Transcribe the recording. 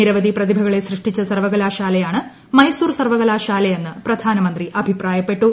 നിരവധി പ്രതിഭകളെ സൃഷ്ടിച്ച സർവകലാശാലയാണ് മൈസൂർ സർവകലാശാല എന്ന് പ്രധാനമന്ത്രി അഭിപ്രായപ്പെട്ടു